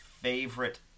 favorite